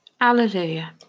Alleluia